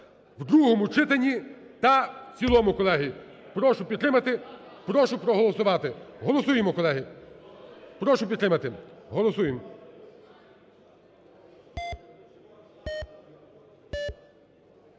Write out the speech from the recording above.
в другому читані та в цілому, колеги. Прошу підтримати, прошу проголосувати. Голосуємо, колеги. Прошу підтримати. Голосуєм.